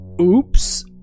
oops